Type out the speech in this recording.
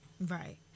Right